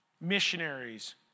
missionaries